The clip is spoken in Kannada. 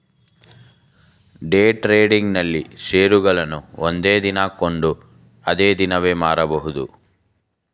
ಡೇ ಟ್ರೇಡಿಂಗ್ ನಲ್ಲಿ ಶೇರುಗಳನ್ನು ಒಂದೇ ದಿನದಲ್ಲಿ ಕೊಂಡು ಅದೇ ದಿನವೇ ಮಾರಬಹುದು